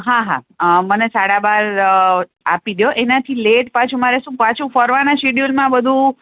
હા હા મને સાડા બાર આપી દો એનાથી લેટ પાછું મારે શું પાછું ફરવાનાં સિડયુલમાં બધું